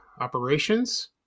operations